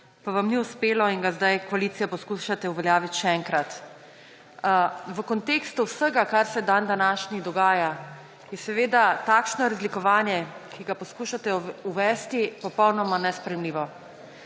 pa vam ni uspelo, in ga sedaj koalicija poskušate uveljaviti še enkrat. V kontekstu vsega, kar se dandanašnji dogaja, je takšno razlikovanje, ki ga poskušate uvesti, popolnoma nesprejemljivo.